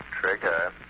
Trigger